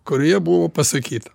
kurioje buvo pasakyta